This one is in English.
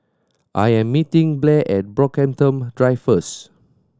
I am meeting Blair at Brockhampton Drive first